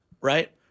Right